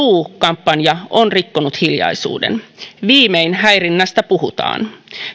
kampanja on rikkonut hiljaisuuden viimein häirinnästä puhutaan